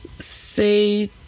say